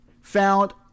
found